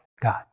God